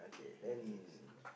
oh yes